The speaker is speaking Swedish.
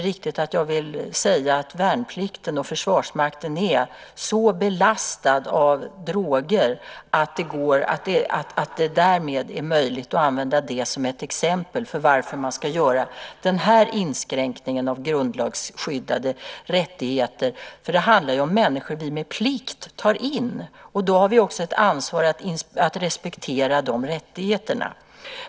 Jag vill inte säga att värnplikten och Försvarsmakten är så belastad av droger att det är möjligt att använda som exempel på varför man ska göra denna inskränkning av grundlagsskyddade rättigheter. Det handlar ju om människor som vi tar in med plikt. Då har vi också ett ansvar att respektera rättigheterna.